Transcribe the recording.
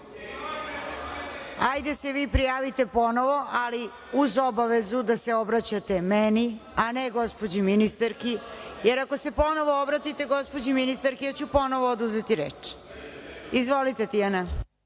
Ajde se vi prijavite ponovo, ali uz obavezu da se obraćate meni, a ne gospođi ministarki. Ako se ponovo obratite gospođi ministarki, ja ću ponovo oduzeti reč. Izvolite Tijana.